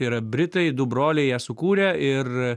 yra britai du broliai ją sukūrė ir